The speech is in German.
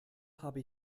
habe